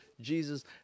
Jesus